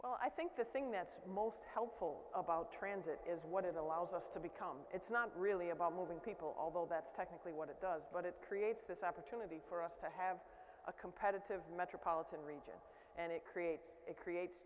well i think the thing that's most helpful about transit is what it allows us to become it's not really about moving people although that's technically what it does but it creates this opportunity for us to have a competitive metropolitan region and it creates it creates